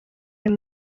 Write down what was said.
wawe